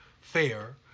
fair